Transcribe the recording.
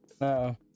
No